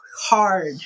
hard